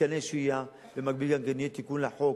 מתקני שהייה, ובמקביל יהיה תיקון לחוק,